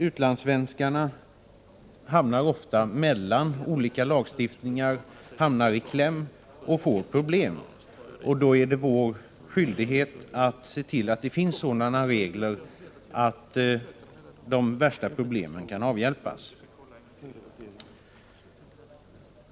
Utlandssvenskarna hamnar ofta mellan olika lagstiftningar, kommer i kläm och får problem. Då är det vår skyldighet att se till att det finns sådana regler att de värsta problemen kan avhjälpas.